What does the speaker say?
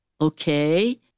Okay